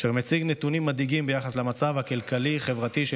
אשר מציג נתונים מדאיגים ביחס למצב הכלכלי-חברתי של